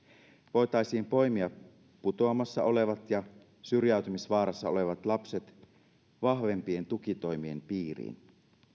voitaisiin poimia putoamassa olevat ja syrjäytymisvaarassa olevat lapset vahvempien tukitoimien piiriin